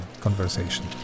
conversation